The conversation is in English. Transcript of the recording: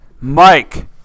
Mike